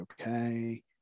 okay